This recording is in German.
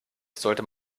sollte